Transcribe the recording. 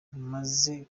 maze